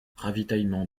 ravitaillement